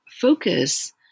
focus